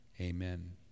Amen